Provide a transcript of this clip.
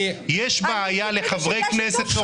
יש בעיה לחברי כנסת.